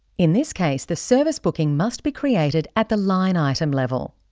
in this case, the service booking must be created at the line item level.